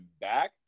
back